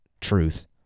truth